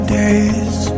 days